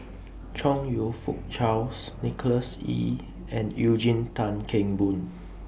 Chong YOU Fook Charles Nicholas Ee and Eugene Tan Kheng Boon